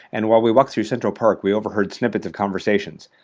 and while we walked through central park, we overheard snippets of conversations.